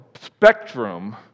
spectrum